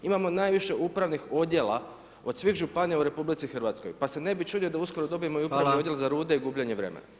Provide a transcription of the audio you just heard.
Imamo najviše upravnih odjela od svih županija u RH, pa se ne bi čudio da uskoro dobijemo i upravni odjel za rude i gubljenje vremena.